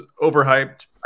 overhyped